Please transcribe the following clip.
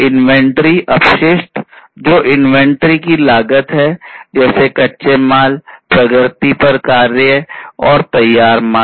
inventory अपशिष्ट जो inventory की लागत है जैसे कच्चे माल प्रगति पर कार्य और तैयार माल